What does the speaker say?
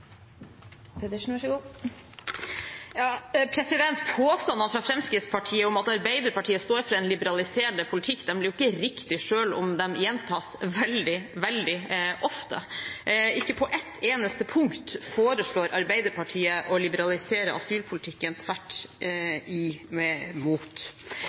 Påstandene fra Fremskrittspartiet om at Arbeiderpartiet står for en liberaliserende politikk, blir jo ikke riktige selv om de gjentas veldig, veldig ofte. Ikke på ett eneste punkt foreslår Arbeiderpartiet å liberalisere asylpolitikken, tvert